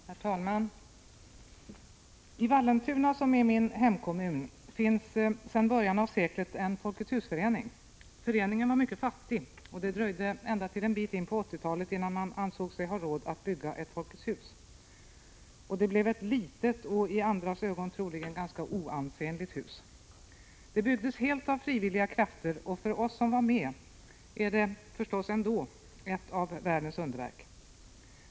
Herr talman! I Vallentuna, som är min hemkommun, finns sedan början av seklet en Folketshusförening. Föreningen var mycket fattig, och det dröjde ända till en bit in på 1980-talet innan man ansåg sig ha råd att bygga ett Prot. 1985/86:128 Folkets hus. Det blev ett litet och i andras ögon troligen ganska oansenligt 25 april 1986 hus. Det byggdes helt av frivilliga krafter, och för oss som var med är det förstås ändå ett av världens underverk.